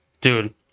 dude